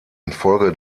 infolge